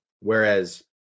whereas